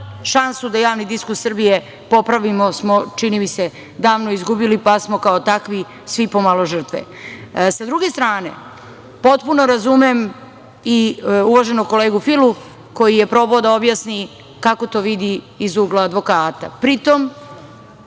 šansu da javni diskurs Srbije popravimo smo čini mi se, davno izgubili pa smo kao takvi svi pomalo žrtve. Sa druge strane, potpuno razumem i uvaženog kolegu Filu koji je probao da objasni kako to vidi iz ugla advokata. Pri tom,